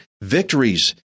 victories